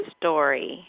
story